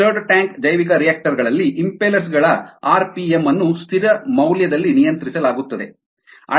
ಹೆಚ್ಚಿನ stirred tank ಜೈವಿಕರಿಯಾಕ್ಟರ್ ಗಳಲ್ಲಿ ಇಂಫೆಲ್ಲರ್ಸ್ ಗಳ ಆರ್ಪಿಎಂ ಅನ್ನು ಸ್ಥಿರ ಮೌಲ್ಯದಲ್ಲಿ ನಿಯಂತ್ರಿಸಲಾಗುತ್ತದೆ